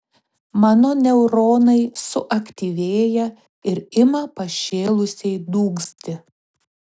mano neuronai suaktyvėja ir ima pašėlusiai dūgzti